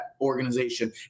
organization